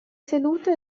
sedute